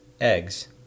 eggs